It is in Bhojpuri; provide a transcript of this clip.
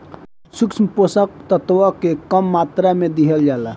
सूक्ष्म पोषक तत्व के कम मात्रा में दिहल जाला